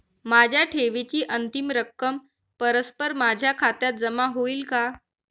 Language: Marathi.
माझ्या ठेवीची अंतिम रक्कम परस्पर माझ्या खात्यात जमा होईल का?